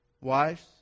wives